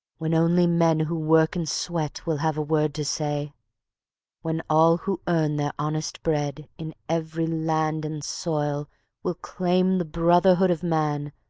when only men who work and sweat will have a word to say when all who earn their honest bread in every land and soil will claim the brotherhood of man,